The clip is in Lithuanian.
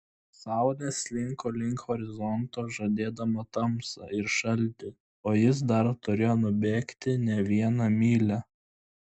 saulė slinko link horizonto žadėdama tamsą ir šaltį o jis dar turėjo nubėgti ne vieną mylią